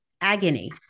agony